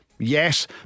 Yes